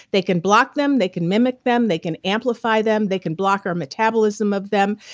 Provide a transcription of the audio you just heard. they can block them. they can mimic them. they can amplify them they can block our metabolism of them.